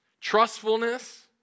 trustfulness